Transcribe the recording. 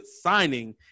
signing